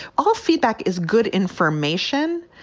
all feedback is good information,